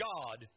God